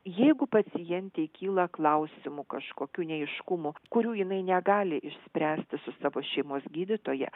jeigu pacientei kyla klausimų kažkokių neaiškumų kurių jinai negali išspręsti su savo šeimos gydytoja